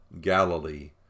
galilee